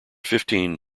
fifteen